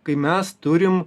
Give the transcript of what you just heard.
kai mes turim